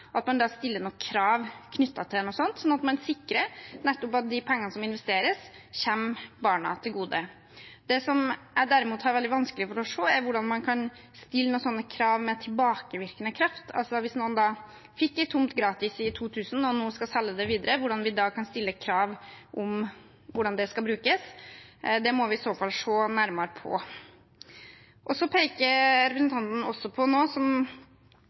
at man stiller noen krav knyttet til det, sånn at man nettopp sikrer at de pengene som investeres, kommer barna til gode. Det som jeg derimot har veldig vanskelig for å se, er hvordan man kan stille sånne krav med tilbakevirkende kraft. Hvis noen fikk en tomt gratis i 2000 og nå skal selge videre, hvordan kan vi da stille krav om hvordan det skal brukes? Det må vi i så fall se nærmere på. Representanten peker også på noe som